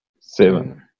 seven